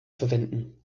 verwenden